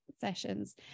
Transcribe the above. sessions